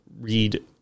read